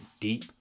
deep